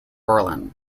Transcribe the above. berlin